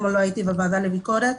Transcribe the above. לא הייתי אתמול בוועדת הביקורת,